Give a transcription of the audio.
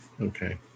Okay